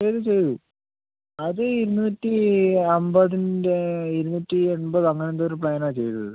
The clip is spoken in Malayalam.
ചെയ്തു ചെയ്തു അത് ഇരുന്നൂറ്റി അമ്പതിൻ്റ ഇരുന്നൂറ്റി എൺപത് അങ്ങനെ എന്തോ ഒര് പ്ലാനാണ് ചെയ്തത്